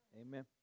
Amen